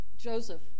Joseph